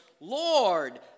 Lord